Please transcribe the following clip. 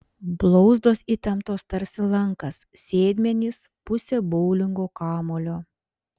blauzdos įtemptos tarsi lankas sėdmenys pusė boulingo kamuolio